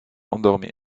endormi